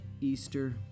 Easter